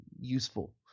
useful